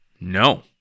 No